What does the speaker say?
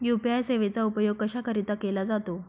UPI सेवेचा उपयोग कशाकरीता केला जातो?